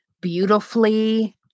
beautifully